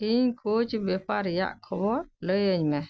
ᱤᱧ ᱠᱳᱪ ᱵᱮᱯᱟᱨ ᱨᱮᱭᱟᱜ ᱠᱷᱚᱵᱚᱨ ᱞᱟᱹᱭᱟᱹᱧ ᱢᱮ